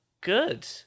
good